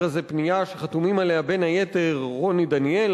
הזה פנייה שחתומים עליה בין היתר: רוני דניאל,